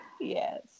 Yes